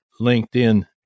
linkedin